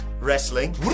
wrestling